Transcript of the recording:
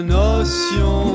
notion